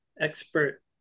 expert